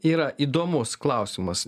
yra įdomus klausimas